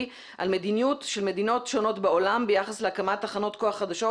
על מדיניות של מדינות שונות בעולם ביחס להקמת תחנות כוח חדשות